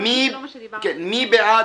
מי בעד?